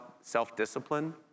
self-discipline